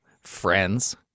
friends